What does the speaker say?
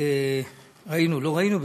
לא ראינו,